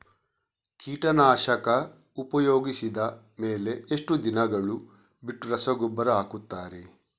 ಕೀಟನಾಶಕ ಉಪಯೋಗಿಸಿದ ಮೇಲೆ ಎಷ್ಟು ದಿನಗಳು ಬಿಟ್ಟು ರಸಗೊಬ್ಬರ ಹಾಕುತ್ತಾರೆ?